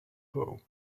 poe